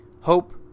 Hope